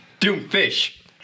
Doomfish